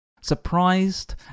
Surprised